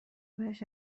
بهش